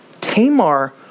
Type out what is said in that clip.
Tamar